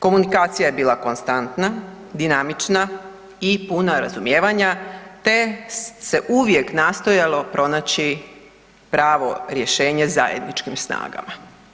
Komunikacija je bila konstantna, dinamična i puna razumijevanja, te se uvijek nastojalo pronaći pravo rješenje zajedničkim snagama.